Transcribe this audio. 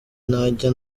ntajya